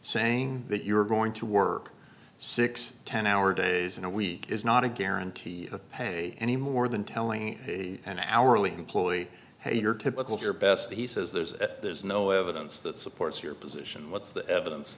saying that you're going to work six ten hour days in a week is not a guarantee of pay anymore than telling an hourly employee hey you're typical your best he says there's a there's no evidence that supports your position what's the evidence